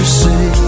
say